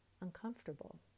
uncomfortable